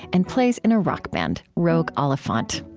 and plays in a rock band, rogue oliphant.